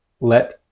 let